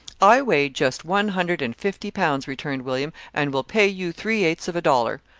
i weigh just one hundred and fifty pounds, returned william, and will pay you three eighths of a dollar.